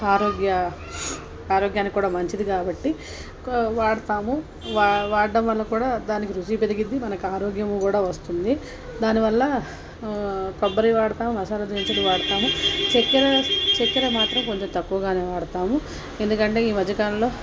ఆరోగ్యా ఆరోగ్యానికి కూడా మంచిది కాబట్టి ఒక వాడతాము వా వాడడం వల్ల కుడా దానికి రుచీ పెరిగుద్ది మనకు ఆరోగ్యము కూడా వస్తుంది దాని వల్ల కొబ్బరి వాడతాం మసాలా దినుసులు వాడతాము చక్కెర చక్కెర మాత్రం కొంచెం తక్కువగానే వాడతాము ఎందుకంటే ఈ మధ్యకాలంలో